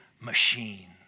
machine